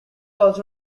also